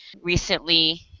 recently